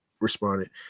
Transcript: Responded